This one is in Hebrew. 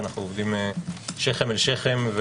שאנו עובדים שכם אל שכם.